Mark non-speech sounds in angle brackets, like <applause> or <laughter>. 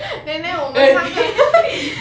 then then 我们三个 <laughs>